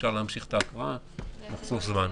נמשיך את ההקראה נחסוך זמן.